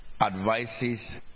advises